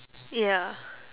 ya